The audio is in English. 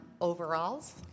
overalls